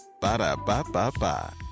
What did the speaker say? Ba-da-ba-ba-ba